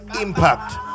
impact